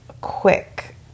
quick